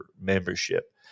membership